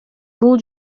бул